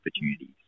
opportunities